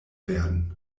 werden